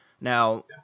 Now